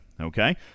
okay